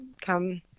come